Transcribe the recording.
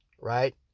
right